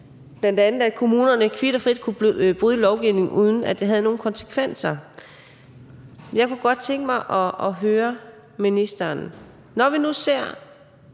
Indenrigsudvalget, at kommunerne kvit og frit kunne bryde lovgivningen, uden at det havde nogen konsekvenser. Jeg kunne godt tænke mig at høre ministeren, når vi nu ser,